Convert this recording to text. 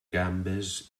gambes